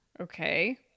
Okay